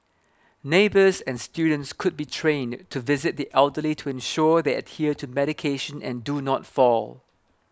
neighbours and students could be trained to visit the elderly to ensure they adhere to medication and do not fall